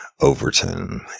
Overton